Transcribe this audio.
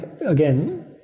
again